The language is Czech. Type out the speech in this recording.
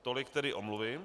Tolik tedy omluvy.